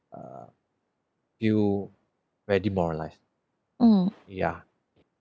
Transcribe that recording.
err feel very demoralised ya